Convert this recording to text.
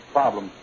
problem